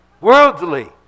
Worldly